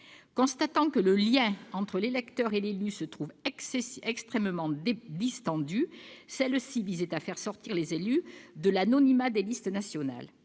Constatant que le lien entre l'électeur et l'élu se trouve excessivement distendu, celle-ci visait à faire sortir les élus de « l'anonymat des listes nationales